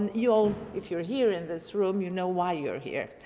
and you'll if you're here in this room, you know why you're here.